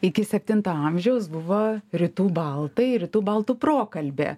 iki septinto amžiaus buvo rytų baltai rytų baltų prokalbė